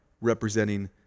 representing